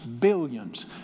billions